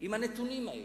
עם הנתונים האלה?